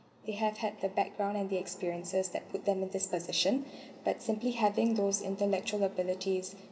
they have had the background and the experiences that put them in this position but simply having those intellectual abilities